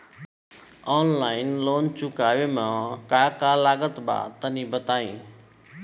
Online loan चुकावे म का का लागत बा तनि बताई?